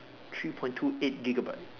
three point two eight gigabyte